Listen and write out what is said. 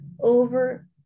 over